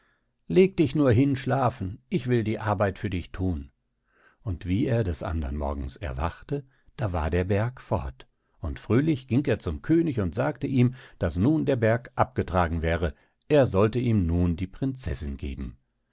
leg dich nur hin schlafen ich will die arbeit für dich thun und wie er des andern morgens erwachte war der berg fort und fröhlich ging er zum könig und sagte ihm daß nun der berg abgetragen wäre er sollte ihm nun die prinzessin geben